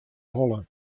holle